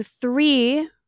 three